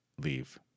leave